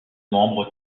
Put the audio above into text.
membre